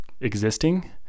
existing